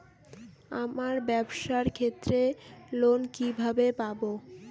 আমার ব্যবসার ক্ষেত্রে লোন কিভাবে পাব?